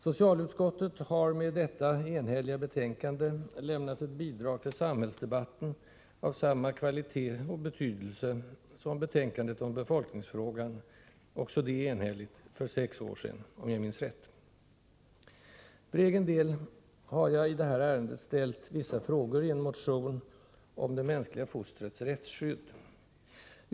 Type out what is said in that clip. Socialutskottet har med detta enhälliga betänkande lämnat ett bidrag till samhällsdebatten av samma kvalitet och betydelse som betänkandet om befolkningsfrågan, också det enhälligt, för sex år sedan — om jag minns rätt. För egen del har jag i det här ärendet ställt vissa frågor i en motion om det mänskliga fostrets rättsskydd.